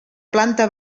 planta